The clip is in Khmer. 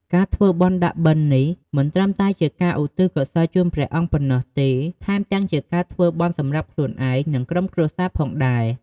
ការធ្វើបុណ្យដាក់បិណ្ឌនេះមិនត្រឹមតែជាការឧទ្ទិសកុសលជូនព្រះអង្គប៉ុណ្ណោះទេ ថែមទាំងជាការធ្វើបុណ្យសម្រាប់ខ្លួនឯង និងក្រុមគ្រួសារផងដែរ។